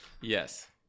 Yes